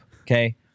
Okay